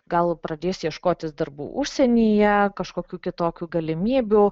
gal pradės ieškotis darbų užsienyje kažkokių kitokių galimybių